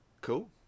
Cool